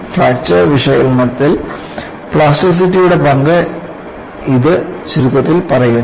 fracture വിശകലനത്തിൽ പ്ലാസ്റ്റിസിറ്റിയുടെ പങ്ക് ഇത് ചുരുക്കത്തിൽ പറയുന്നു